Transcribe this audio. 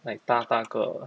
like 大大个